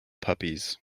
puppies